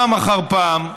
פעם אחר פעם,